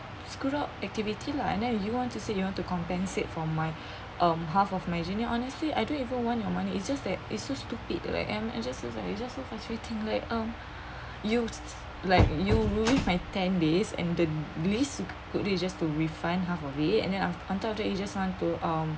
screwed up activity lah and then you want to say you want to compensate from my um half of marginal honestly I don't even want your money it's just that it's so stupid like I'm just so frustratingly like um you like you ruin my ten days and the least could then you just to refund half of it and then on on top of that you just want to um